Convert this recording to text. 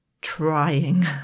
trying